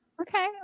Okay